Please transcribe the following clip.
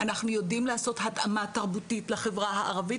אנחנו יודעים לעשות התאמה תרבותית לחברה הערבית,